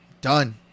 Done